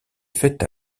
faite